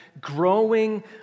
growing